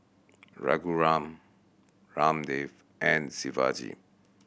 Raghuram Ramdev and Shivaji